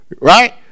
Right